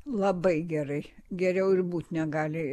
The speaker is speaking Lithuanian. labai gerai geriau ir būti negali